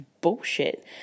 bullshit